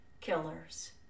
killers